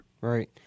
right